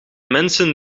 mensen